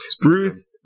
Ruth